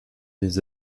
des